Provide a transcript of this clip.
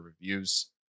reviews